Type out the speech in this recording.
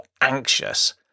anxious